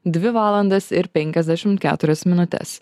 dvi valandas ir penkiasdešimt keturias minutes